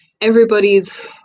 Everybody's